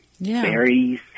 berries